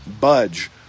budge